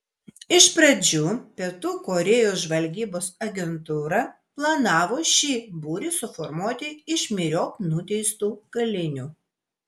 iš pradžių pietų korėjos žvalgybos agentūra planavo šį būrį suformuoti iš myriop nuteistų kalinių